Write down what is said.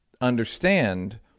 understand